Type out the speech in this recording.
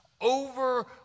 Over